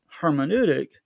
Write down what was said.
hermeneutic